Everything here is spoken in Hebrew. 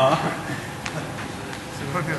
כנסת נכבדה,